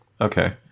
Okay